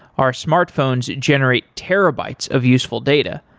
our smartphones generate terabytes of useful data.